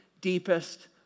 deepest